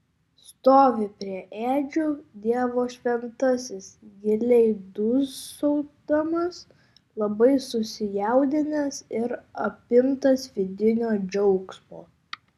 stovi prie ėdžių dievo šventasis giliai dūsaudamas labai susijaudinęs ir apimtas vidinio džiaugsmo